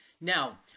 Now